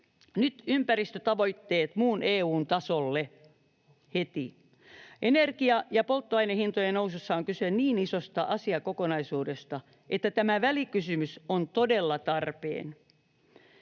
Nyt ympäristötavoitteet muun EU:n tasolle heti. Energia- ja polttoainehintojen nousussa on kyse niin isosta asiakokonaisuudesta, että tämä välikysymys on todella tarpeen.